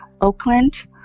Oakland